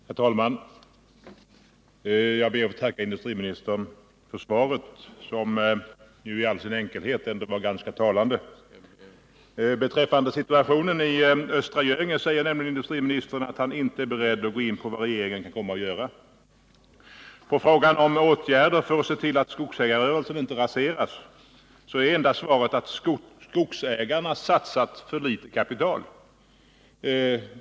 Herr talman! Jag ber att få tacka industriministern för svaret, som i all sin enkelhet ändå är ganska talande. Beträffande situationen i Östra Göinge säger nämligen industriministern att han inte är beredd att gå in på vad regeringen kommer att göra. På frågan om åtgärder för att se till att skogsägarrörelsen inte raseras är enda svaret att skogsägarna satsat för litet kapital.